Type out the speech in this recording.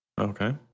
Okay